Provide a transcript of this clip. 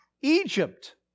Egypt